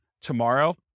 tomorrow